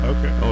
Okay